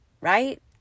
right